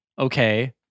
Okay